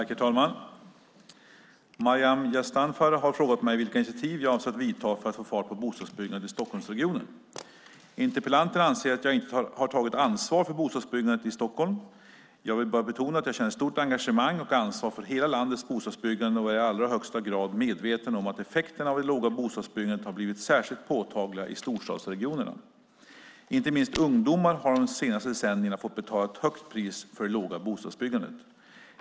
Herr talman! Maryam Yazdanfar har frågat mig vilka initiativ jag avser att ta för att få fart på bostadsbyggandet i Stockholmsregionen. Interpellanten anser att jag inte har tagit ansvar för bostadsbyggandet i Stockholm. Jag vill betona att jag känner ett stort engagemang och ansvar för hela landets bostadsbyggande och är i allra högsta grad medveten om att effekterna av det låga bostadsbyggandet har blivit särskilt påtagliga i storstadsregionerna. Inte minst ungdomar har de senaste decennierna fått betala ett högt pris för det låga bostadsbyggandet.